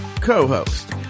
co-host